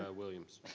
ah williams?